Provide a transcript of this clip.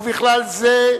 ובכלל זה,